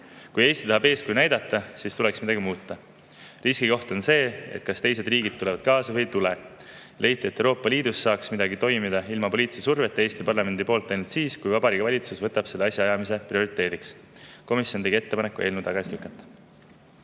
Kui Eesti tahab eeskuju näidata, siis tuleks midagi muuta. Riskikoht on see, kas teised riigid tulevad kaasa või ei tule. Leiti, et Euroopa Liidus saaks midagi toimuda ilma poliitilise surveta Eesti parlamendi poolt ainult siis, kui Vabariigi Valitsus võtab selle asjaajamise prioriteediks. Komisjon tegi ettepaneku eelnõu tagasi lükata.